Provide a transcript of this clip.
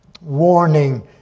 warning